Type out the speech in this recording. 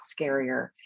scarier